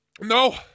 No